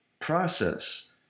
process